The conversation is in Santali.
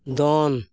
ᱫᱚᱱ